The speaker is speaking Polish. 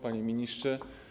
Panie Ministrze!